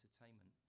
entertainment